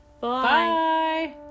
Bye